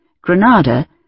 Granada